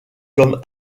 comme